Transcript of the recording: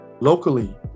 locally